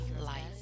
life